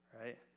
Right